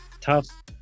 Tough